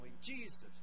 Jesus